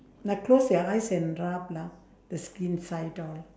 like close your eyes and rub lah the skin side all